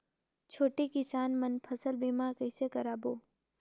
छोटे किसान मन फसल बीमा कइसे कराबो?